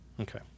Okay